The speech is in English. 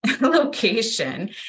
Location